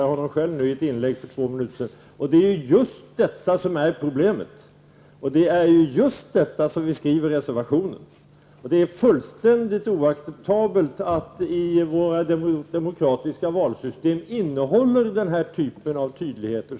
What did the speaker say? Det är just detta som är problemet och det är just därför som vi skriver reservationen. Det är fullständigt oacceptabelt att det i vårt demokratiska valsystem finns denna typ av otydligheter.